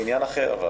אבל זה עניין אחר.